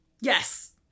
Yes